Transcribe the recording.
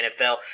NFL